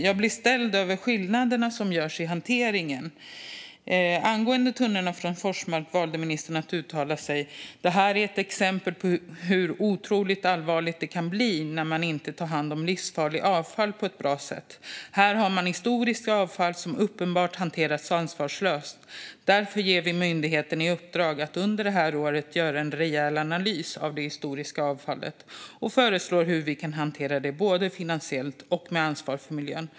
Jag blir ställd över skillnaderna i hanteringen. Angående tunnorna från Forsmark valde ministern att uttala sig på följande sätt: Det här är ett exempel på hur otroligt allvarligt det kan bli när man inte tar hand om livsfarligt avfall på ett bra sätt. Här har man historiskt avfall som uppenbart hanterats ansvarslöst. Därför ger vi myndigheten i uppdrag att under det här året göra en rejäl analys av det historiska avfallet och föreslå hur vi kan hantera det, både finansiellt och med ansvar för miljön.